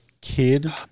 kid